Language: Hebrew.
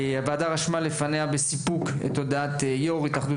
הוועדה רשמה לפניה בסיפוק את הודעת יו"ר ההתאחדות